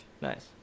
Nice